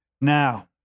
now